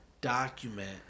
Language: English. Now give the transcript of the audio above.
document